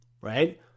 right